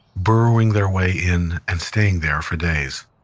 burrowing their way in and staying there for days.